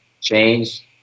change